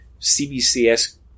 CBCS